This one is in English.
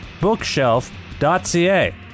bookshelf.ca